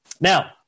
Now